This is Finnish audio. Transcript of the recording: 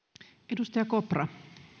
arvoisa